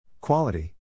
Quality